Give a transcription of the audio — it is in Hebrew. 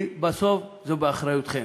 כי בסוף זה באחריותכם.